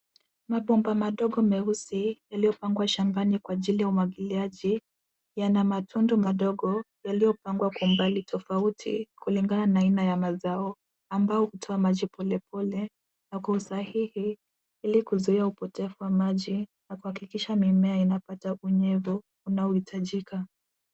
Mabomba madogo meusi yaliyopangwa shambani kwa ajili ya umwagiliaji yana matundu madogo yaliyopangwa kwa umbali tofauti kulingana na aina ya mazao ambao hutoa maji polepole na kwa usahihi ili kuzuia upotevu wa maji kuhakikisha mimea imepata unyevu unaohitajika.